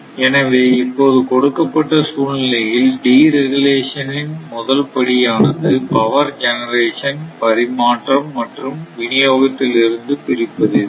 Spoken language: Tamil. எனவே இப்போது கொடுக்கப்பட்ட சூழ்நிலையில் டி ரெகுலேஷன் இன் முதல் படியானது பவர் ஜெனரேஷன் ஐ பரிமாற்றம் மற்றும் விநியோகத்தில் இருந்து பிரிப்பது தான்